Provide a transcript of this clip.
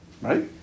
Right